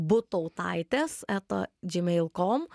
butautaitės eta džymeil kom